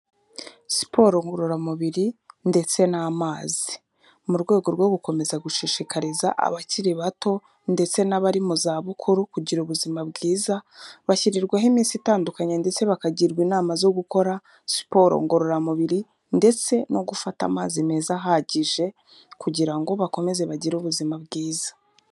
Siporo ngororamubiri ndetse n'amazi, mu rwego rwo gukomeza gushishikariza abakiri bato ndetse n'abari mu zabukuru kugira ubuzima bwiza, bashyirirwaho iminsi itandukanye ndetse bakagirwa inama zo gukora siporo ngororamubiri ndetse no gufata amazi meza ahagije, kugira ngo bakomeze bagire ubuzima bwiza.